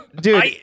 dude